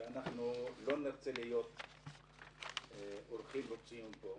-- ואנחנו לא נרצה להיות אורחים רצויים פה,